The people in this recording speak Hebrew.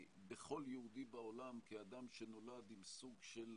בכל יהודי בעולם כאדם שנולד עם סוג של